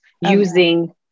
using